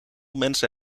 mensen